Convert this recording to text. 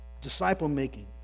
disciple-making